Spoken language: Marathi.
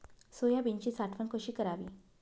सोयाबीनची साठवण कशी करावी?